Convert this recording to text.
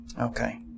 Okay